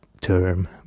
term